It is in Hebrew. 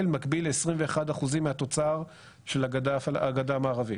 מקביל לעשרים ואחת אחוזים מהתוצר של הגדה המערבית,